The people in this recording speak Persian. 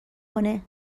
کنه